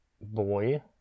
boy